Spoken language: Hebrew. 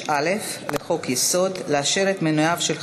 הנני מתכבדת להודיעכם,